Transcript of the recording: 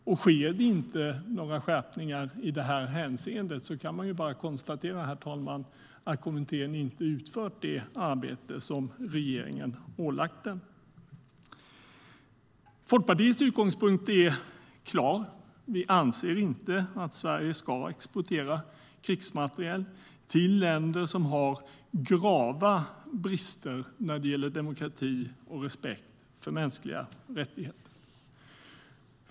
Kommer det inte några förslag till skärpningar i det hänseendet kan man bara konstatera att kommittén inte utfört det arbete som regeringen ålagt den. Folkpartiets utgångspunkt är klar. Vi anser inte att Sverige ska exportera krigsmateriel till länder som har grava brister när det gäller demokrati och respekt för mänskliga rättigheter.